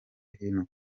hino